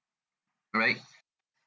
alright